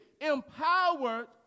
empowered